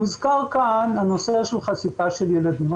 הוזכר כאן הנושא של חשיפה של ילדים.